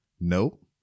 Nope